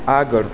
આગળ